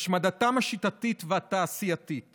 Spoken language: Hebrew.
השמדתם השיטתית והתעשייתית